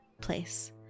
place